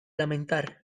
lamentar